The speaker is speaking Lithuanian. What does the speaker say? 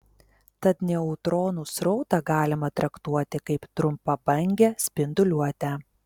tad neutronų srautą galima traktuoti kaip trumpabangę spinduliuotę